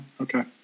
Okay